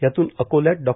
यातून अकोल्यात डॉ